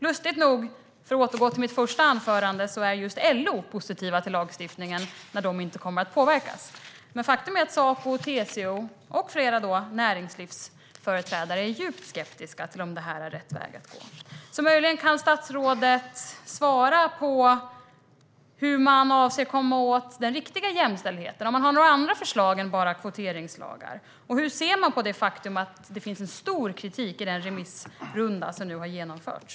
Lustigt nog, för att återgå till mitt första anförande, är just LO positivt till lagstiftningen - och de kommer inte att påverkas. Men faktum är att Saco, TCO och flera näringslivsföreträdare är djupt skeptiska till om det här är rätt väg att gå. Möjligen kan statsrådet svara på hur man avser att komma åt den riktiga jämställdheten och om man har några andra förslag än bara kvoteringslagar. Och hur ser man på det faktum att det finns en stark kritik i den remissrunda som nu har genomförts?